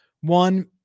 One